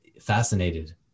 fascinated